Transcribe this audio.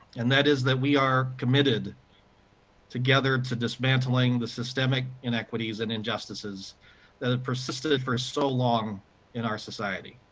and that is, that we are committed together to dismantling the systemic inequities and injustices that have ah persisted for so long in our society,